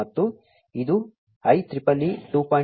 ಮತ್ತು ಇದು I EEE 2